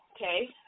okay